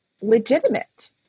legitimate